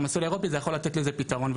המסלול האירופי זה יכול לתת לזה פיתרון.